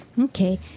okay